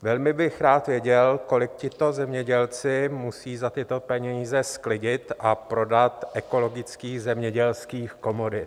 Velmi bych rád věděl, kolik tito zemědělci musí za tyto peníze sklidit a prodat ekologických zemědělských komodit.